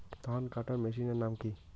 ধান কাটার মেশিনের নাম কি?